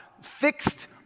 fixed